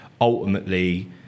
ultimately